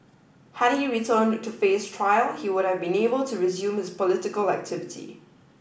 had he returned to face trial he would have been able to resume his political activity